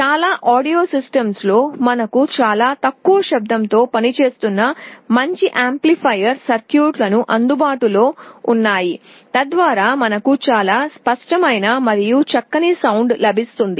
చాలా ఆడియో సిస్టమ్స్లో మనకు చాలా తక్కువ శబ్దంతో పనిచేస్తున్న మంచి యాంప్లిఫైయర్ సర్క్యూట్ లు అందుబాటు లో వున్నాయి తద్వారా మనకు చాలా స్పష్టమైన మరియు చక్కని ధ్వని లభిస్తుంది